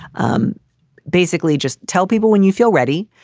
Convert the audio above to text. um basically, just tell people when you feel ready,